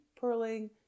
purling